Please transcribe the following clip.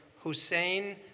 hussein